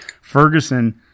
Ferguson